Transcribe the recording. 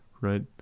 right